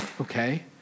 Okay